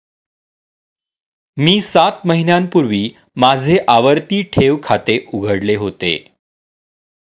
मी सात महिन्यांपूर्वी माझे आवर्ती ठेव खाते उघडले होते